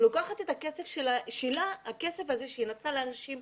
היא לוקחת את הכסף הזה שהיא נתנה לאנשים.